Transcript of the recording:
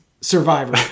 Survivor